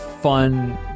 fun